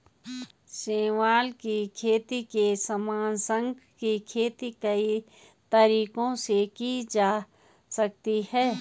शैवाल की खेती के समान, शंख की खेती कई तरीकों से की जा सकती है